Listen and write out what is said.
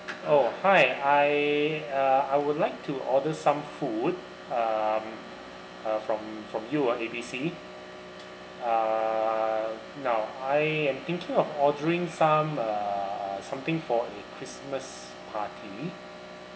oh hi I uh I would like to order some food um uh from from you ah A B C uh now I am thinking of ordering some uh something for a christmas party